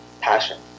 passion